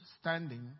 standing